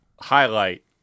highlight